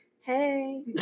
Hey